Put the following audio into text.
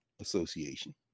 association